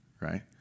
right